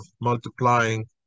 multiplying